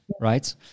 right